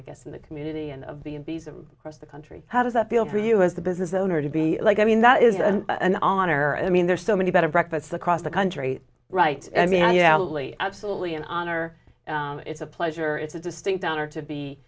i guess in the community and of the bees of course the country how does that feel for you as the business owner to be like i mean that is an honor i mean there's so many better breakfasts across the country right i mean yeah lee absolutely an honor it's a pleasure it's a distinct honor to be